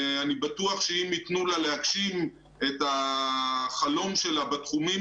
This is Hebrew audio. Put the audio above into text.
אני בטוח שאם ייתנו לה להגשים את החלום שלה בתחומים